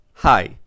Hi